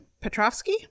Petrovsky